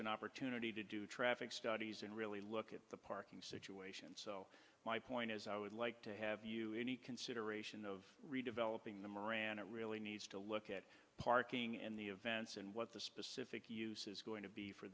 an opportunity to do traffic studies and really look at the parking situation so my point is i would like to have you any consideration of redeveloping the moran it really needs to look at parking and the events and what the specific use is going to be for